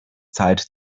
zeit